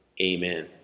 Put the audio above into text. Amen